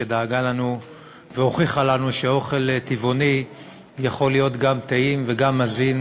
שדאגה לנו בכנסת והוכיחה לנו שאוכל טבעוני יכול להיות גם טעים וגם מזין,